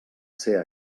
ser